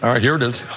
um here it is.